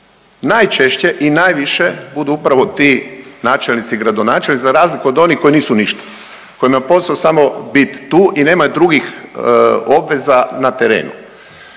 najčešće i najviše budu upravo ti načelnici i gradonačelnici za razliku od onih koji nisu ništa, kojima je posao samo bit tu i nemaju drugih obveza na terenu.